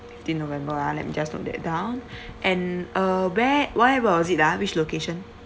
fifteen november ah let me just note that down and uh where where was it ah which location